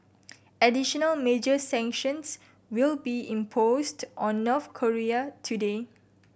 additional major sanctions will be imposed on North Korea today